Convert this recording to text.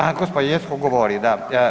A gospođa Jeckov govori, da.